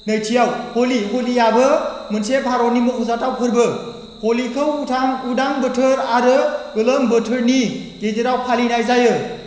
नैथिआव हलि हलिआबो मोनसे भारतनि मख'जाथाव फोरबो हलिखौ उदां बोथोर आरो गोलोम बोथोरनि गेजेराव फालिनाय जायो